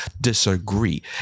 disagree